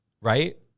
right